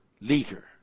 leader